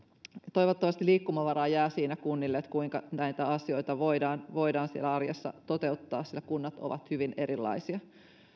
toivottavasti liikkumavaraa jää siinä kunnille kuinka näitä asioita voidaan voidaan siellä arjessa toteuttaa sillä kunnat ovat hyvin erilaisia